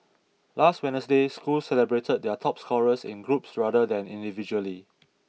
last Wednesday schools celebrated their top scorers in groups rather than individually